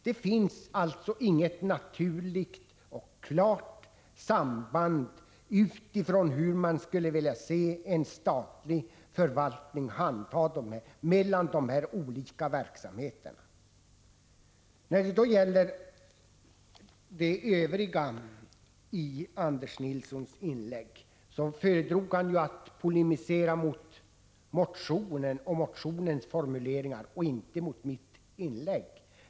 Det finns alltså inget naturligt och klart samband mellan de här olika verksamheterna när det gäller hur man skulle vilja se en statlig förvaltning handha dem. Anders Nilsson föredrog i övrigt i sitt inlägg att polemisera mot motionen och dess formuleringar och inte mot mitt inlägg.